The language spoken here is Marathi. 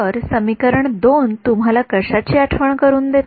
तर समीकरण 2 तुम्हाला कशाची आठवण करुन देते